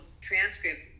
transcript